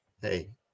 Hey